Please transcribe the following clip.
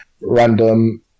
random